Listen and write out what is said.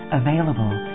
available